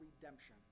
redemption